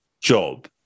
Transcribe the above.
job